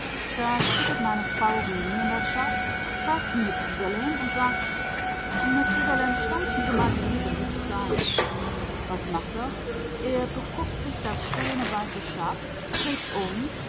da schüttet meine frau rüben in das schaff pfeift m methusalem und sagt methusalem stampfen se mal die rüben hübsch klein was macht er er beguckt sich das schöne weiße schaff dreht's um